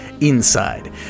inside